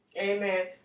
Amen